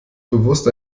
bewusst